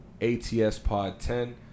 ATSPOD10